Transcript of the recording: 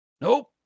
Nope